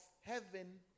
heaven